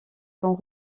sont